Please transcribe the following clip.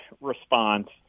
response